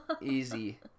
Easy